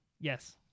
Yes